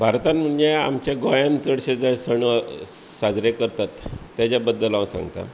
भारतांत म्हणजे आमचें गोंयांत चडशें जे सण साजरे करतात तेच्या बदल हांव सांगता